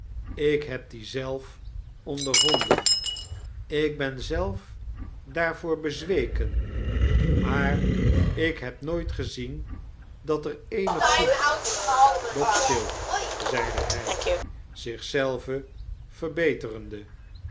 ik heb die zelf ondervonden ik ben zelf daarvoor bezweken maar ik heb nooit gezien dat er eenig goed doch stil zeide hy zich zelven verbeterende